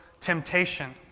temptation